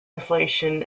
inflation